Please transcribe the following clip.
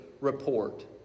report